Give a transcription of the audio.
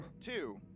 Two